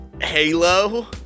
halo